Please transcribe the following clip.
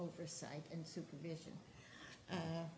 oversight and supervision